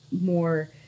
more